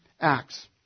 Acts